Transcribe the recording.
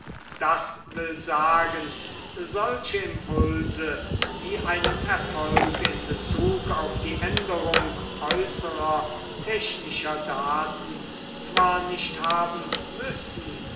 das will sagen solche impulse die einen erfolg in bezug auf die änderung äußerer technischer daten zwar nicht haben müssen